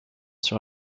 sur